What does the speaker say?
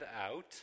Out